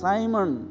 Simon